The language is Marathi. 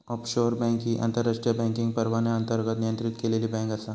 ऑफशोर बँक ही आंतरराष्ट्रीय बँकिंग परवान्याअंतर्गत नियंत्रित केलेली बँक आसा